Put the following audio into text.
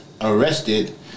arrested